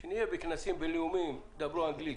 כשנהיה בכנסים בין-לאומיים דברו אנגלית.